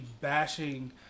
bashing